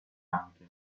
anche